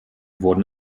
wurden